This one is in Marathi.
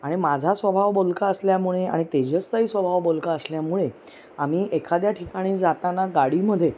आणि माझा स्वभाव बोलका असल्यामुळे आणि तेजस्तई स्वभाव बोलका असल्यामुळे आम्ही एखाद्या ठिकाणी जाताना गाडीमध्ये